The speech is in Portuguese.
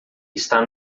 está